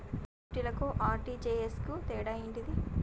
NEFT కి RTGS కు తేడా ఏంటిది?